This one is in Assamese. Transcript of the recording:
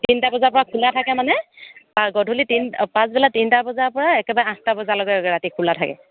তিনিটা বজাৰপৰা খোলা থাকে মানে গধূলি তিনি অঁ পাছবেলা তিনিটা বজাৰপৰা একেবাৰে আঠটা বজালৈকে ৰাতি খোলা থাকে